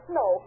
no